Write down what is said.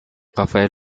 rafael